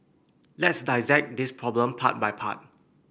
let's dissect this problem part by part